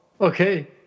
Okay